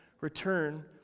return